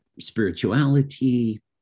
spirituality